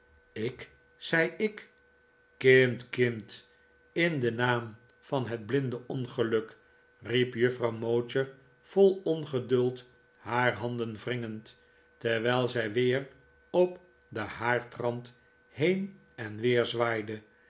ik zei ik kind kind in den naam van het blinde ongeluk riep juffrouw mowcher vol ongeduld haar handen wringend terwijl zij weer op den haardrand heen en weer zwaaide